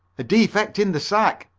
a defect in the sack,